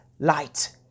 light